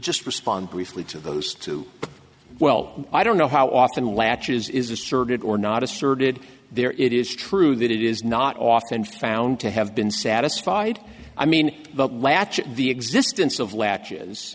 just respond briefly to those two well i don't know how often latches is asserted or not asserted there it is true that it is not often found to have been satisfied i mean the latch the existence of